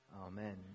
amen